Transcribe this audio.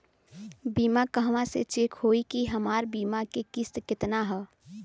बीमा कहवा से चेक होयी की हमार बीमा के किस्त केतना ह?